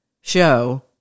show